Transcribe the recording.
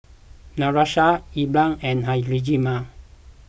Natosha Ellar and Hjalmar